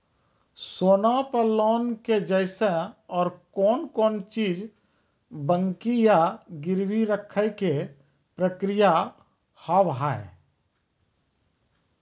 सोना पे लोन के जैसे और कौन कौन चीज बंकी या गिरवी रखे के प्रक्रिया हाव हाय?